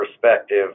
perspective